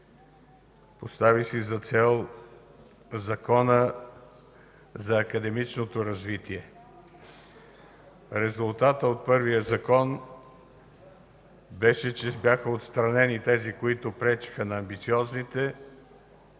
Постави си за цел Закона за академичното развитие. Резултатът от първия закон беше, че бяха отстранени тези, които пречеха на амбициозните,